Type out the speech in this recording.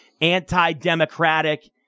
anti-democratic